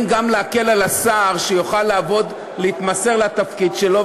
על השר שיוכל לעבוד ולהתמסר לתפקיד שלו,